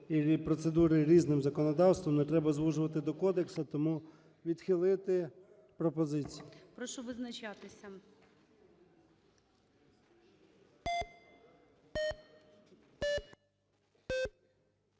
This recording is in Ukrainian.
і процедури різним законодавством, не треба звужувати до кодексу. Тому відхилити пропозицію.